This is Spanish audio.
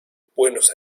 buenos